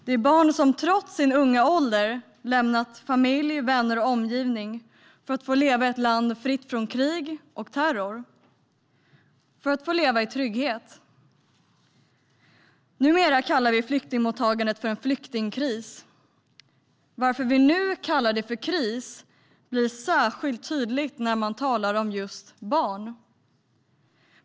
Det är barn som trots sin unga ålder lämnat familj, vänner och omgivning för att få leva i ett land fritt från krig och terror och för att få leva i trygghet. Numera kallar vi flyktingmottagandet för en flyktingkris. Varför kallar vi det nu för kris? Det blir särskilt tydligt när man talar om just barn.